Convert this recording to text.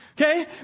okay